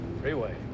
Freeway